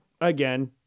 again